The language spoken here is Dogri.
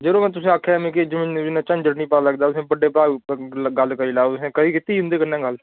जरो में तुसें ई आखेआ मिगी जनवरी म्हीनै झंडै आह्ली बल लगदा तुस बड्डे भ्राऊ ने गल्ल करी लैओ तुसें ई कदें कीती ही उं'दे कन्नै गल्ल